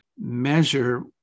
measure